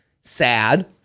sad